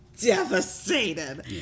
devastated